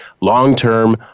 long-term